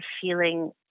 feeling